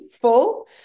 full